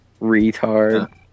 Retard